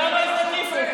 למה "אל תטיפו"?